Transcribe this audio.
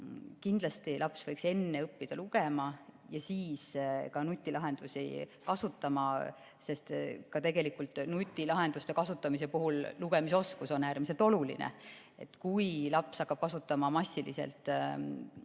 Kindlasti võiks laps enne õppida lugema ja siis nutilahendusi kasutama, sest tegelikult ka nutilahenduste kasutamise puhul on lugemisoskus äärmiselt oluline. Kui laps hakkab kasutama massiliselt